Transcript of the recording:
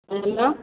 hello